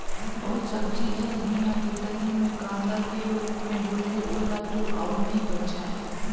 बहुत सब्जी हर भुइयां के तरी मे कांदा के रूप मे होथे ओला तो अउ नइ बचायें